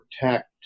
protect